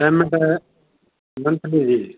payment monthly ਜੀ